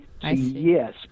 yes